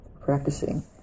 practicing